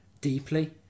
deeply